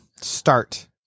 Start